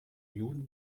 juden